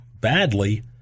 badly